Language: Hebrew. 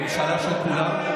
של כולם,